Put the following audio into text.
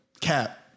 Cap